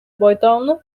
байталны